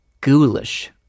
ghoulish